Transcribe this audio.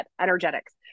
energetics